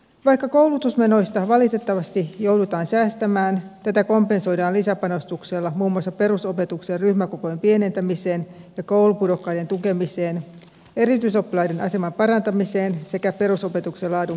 vaikka koulutusmenoista valitettavasti joudutaan säästämään tätä kompensoidaan lisäpanostuksella muun muassa perusopetuksen ryhmäkokojen pienentämiseen koulupudokkaiden tukemiseen erityisoppilaiden aseman parantamiseen sekä perusopetuksen laadun kehittämiseen